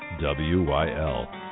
W-Y-L